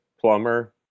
plumber